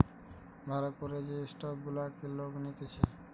ভাল করে যে স্টক গুলাকে লোক নিতেছে